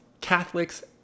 Catholics